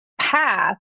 path